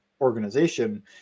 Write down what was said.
organization